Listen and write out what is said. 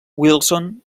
wilson